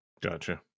Gotcha